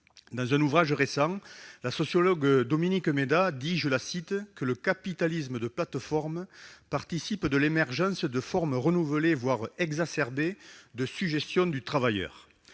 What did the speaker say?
Dans un ouvrage récent, la sociologue Dominique Méda relève que « le capitalisme de plateforme participe de l'émergence de formes renouvelées, voire exacerbées, de sujétion du travailleur ».